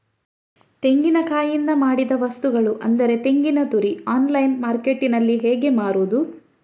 ತೆಂಗಿನಕಾಯಿಯಿಂದ ಮಾಡಿದ ವಸ್ತುಗಳು ಅಂದರೆ ತೆಂಗಿನತುರಿ ಆನ್ಲೈನ್ ಮಾರ್ಕೆಟ್ಟಿನಲ್ಲಿ ಹೇಗೆ ಮಾರುದು?